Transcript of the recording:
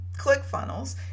ClickFunnels